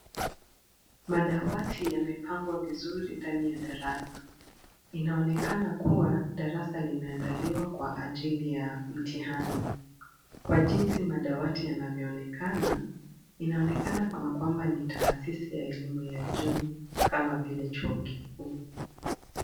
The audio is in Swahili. Madawati yamepangwa vizuri ndani ya darasa. Inaonekana kuwa darasa limeandaliwa kwa ajili ya mtihani. Kwa jinsi madawati yanavyoonekana, inaonekana kana kwamba ni taasisi ya elimu ya juu kama vile chuo kikuu.